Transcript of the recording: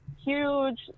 huge